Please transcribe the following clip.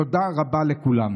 תודה רבה לכולם.